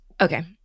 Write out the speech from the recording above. Okay